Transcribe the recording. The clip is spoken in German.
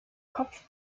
kopf